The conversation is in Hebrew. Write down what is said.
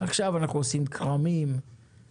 עכשיו אנחנו עושים כרמים ושדות,